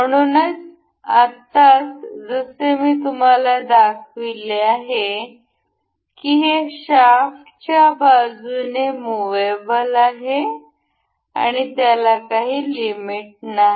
म्हणूनच आत्ताच जसे मी तुम्हाला दाखविले आहे की हे शाफ्टच्या बाजूने मुव्हेबल आहे आणि त्याला काही लिमिट नाही